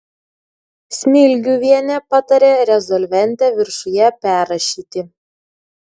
smilgiuvienė patarė rezolventę viršuje perrašyti